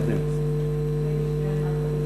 אדוני היושב-ראש,